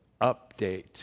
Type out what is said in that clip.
update